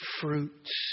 fruits